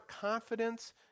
confidence